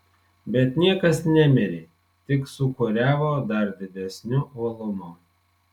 bet niekas nemirė tik sūkuriavo dar didesniu uolumu